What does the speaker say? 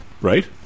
right